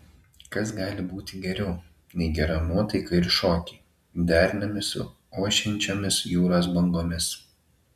kas gali būti geriau nei gera nuotaika ir šokiai derinami su ošiančiomis jūros bangomis